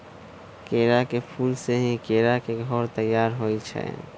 केरा के फूल से ही केरा के घौर तइयार होइ छइ